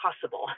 possible